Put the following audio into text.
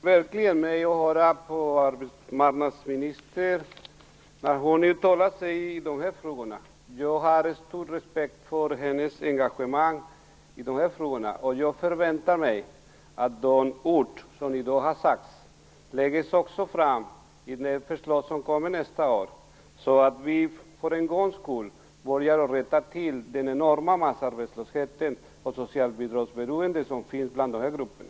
Fru talman! Det gläder mig verkligen att höra dessa uttalanden från arbetsmarknadsministern. Jag har stor respekt för hennes engagemang i de här frågorna. Jag förväntar mig att de ord som i dag har sagts också läggs fram i det förslag som kommer nästa år, så att vi äntligen kan börja rätta till den enorma arbetslöshet och det socialbidragsberoende som finns i de här grupperna.